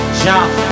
jump